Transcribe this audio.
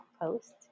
post